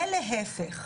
ולהיפך.